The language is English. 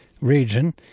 region